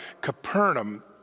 Capernaum